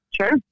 Sure